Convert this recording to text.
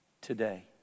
today